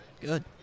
Good